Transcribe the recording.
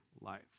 life